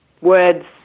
words